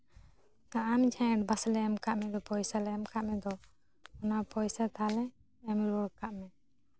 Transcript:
ᱟᱢ ᱡᱟᱦᱟᱸ ᱮᱰᱵᱷᱟᱱᱥ ᱞᱮ ᱮᱢ ᱠᱟᱫ ᱢᱮᱫᱚ ᱯᱚᱭᱥᱟ ᱞᱮ ᱮᱢ ᱠᱟᱫ ᱢᱮᱫᱚ ᱚᱱᱟ ᱯᱚᱭᱥᱟ ᱛᱟᱦᱚᱞᱮ ᱮᱢ ᱨᱩᱣᱟᱹᱲ ᱠᱟᱜ ᱢᱮ